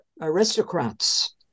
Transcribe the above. aristocrats